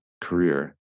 career